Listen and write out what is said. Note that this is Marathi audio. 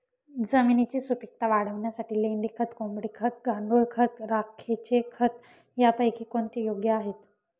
जमिनीची सुपिकता वाढवण्यासाठी लेंडी खत, कोंबडी खत, गांडूळ खत, राखेचे खत यापैकी कोणते योग्य आहे?